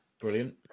brilliant